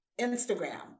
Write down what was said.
Instagram